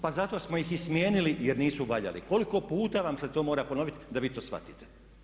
Pa zato smo ih i smijenili kad nisu valjali, koliko puta vam se to mora ponoviti da vi to shvatite.